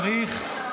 זה דמוקרטיה.